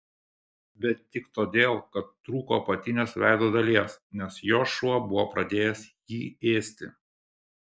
bet tik todėl kad trūko apatinės veido dalies nes jo šuo buvo pradėjęs jį ėsti